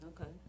Okay